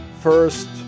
first